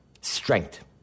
Strength